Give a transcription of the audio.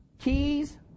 keys